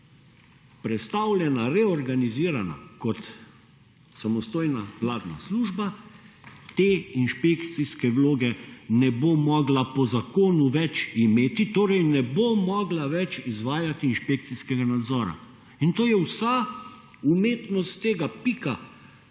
prestavljena, reorganizirana kot samostojna vladna služba te inšpekcijske vloge ne bo mogla po zakonu več imeti torej ne bo mogla več izvajati inšpekcijskega nadzora in to je vsa umetnost tega pika